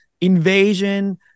invasion